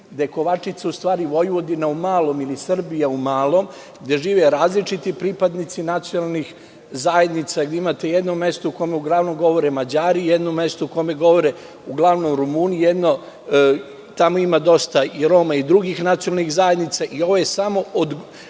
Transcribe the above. je Kovačica u stvari Vojvodina u malom ili Srbija u malom, gde žive različiti pripadnici nacionalnih zajednica. Vi imate jedno mesto u kome glavnom govore Mađari, u jednom govore uglavnom Rumuni, a ima dosta i Roma i drugih nacionalnih zajednica. Ovaj amandman